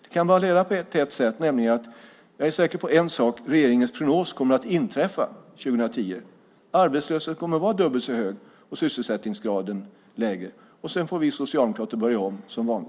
Det kan bara leda till en sak. Regeringens prognos kommer att förverkligas 2010; det är jag säker på. Arbetslösheten kommer att vara dubbelt så hög och sysselsättningsgraden lägre. Då får vi socialdemokrater börja om - som vanligt.